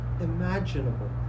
imaginable